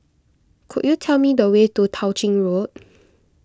could you tell me the way to Tao Ching Road